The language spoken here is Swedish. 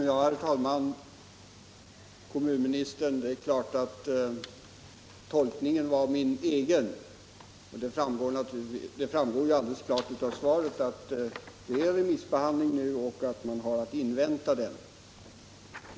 Herr talman! Tolkningen var givetvis min egen, och det framgår ju alldeles klart av svaret på min fråga att det pågår en remissbehandling vars resultat man nu har att invänta.